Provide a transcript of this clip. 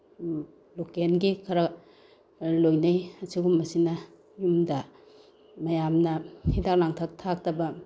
ꯂꯣꯀꯦꯜꯒꯤ ꯈꯔ ꯂꯣꯏꯅꯩ ꯑꯁꯤꯒꯨꯝꯕꯁꯤꯅ ꯌꯨꯝꯗ ꯃꯌꯥꯝꯅ ꯍꯤꯗꯥꯛ ꯂꯥꯡꯊꯛ ꯊꯥꯛꯇꯕ